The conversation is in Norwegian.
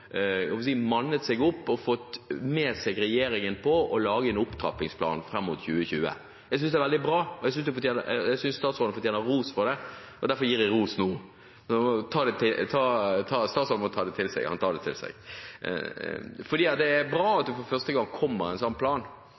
mannet seg opp og fått med seg regjeringen på å lage en opptrappingsplan fram mot 2020. Jeg synes det er veldig bra, og jeg synes statsråden fortjener ros for det. Derfor gir jeg ros nå. Statsråden må ta det til seg. – Han tar det til seg. Det er bra at det for første gang kommer en sånn plan.